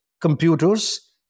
computers